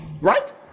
Right